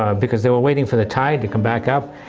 um because they were waiting for the tide to come back up,